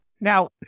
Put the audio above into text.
Now